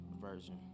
Version